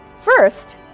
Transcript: First